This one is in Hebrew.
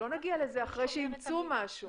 שלא נגיע לזה אחרי שאימצו משהו.